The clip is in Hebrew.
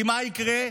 כי מה יקרה?